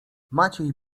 maciej